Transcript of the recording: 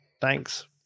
Thanks